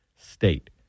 State